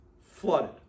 flooded